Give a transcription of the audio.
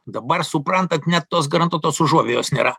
dabar suprantat net tos garantuotos užuovėjos nėra